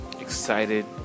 excited